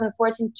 2014